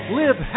live